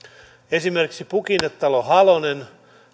esimerkiksi pukinetalo halonen